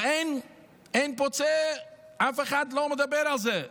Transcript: ואין פוצה פה, אף אחד לא מדבר על זה.